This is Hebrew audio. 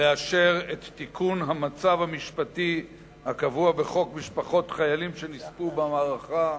לאשר את תיקון המצב המשפטי הקבוע בחוק משפחות חיילים שנספו במערכה,